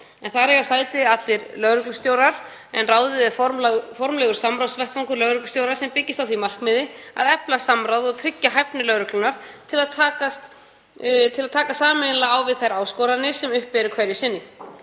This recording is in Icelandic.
Þar eiga sæti allir lögreglustjórar, en ráðið er formlegur samráðsvettvangur lögreglustjóra sem byggist á því markmiði að efla samráð og tryggja hæfni lögreglunnar til að takast sameiginlega á við þær áskoranir sem uppi eru hverju sinni.